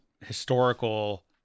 historical